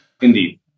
Indeed